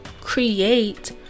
create